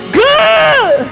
good